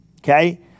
Okay